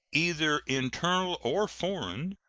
either internal or foreign,